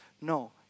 no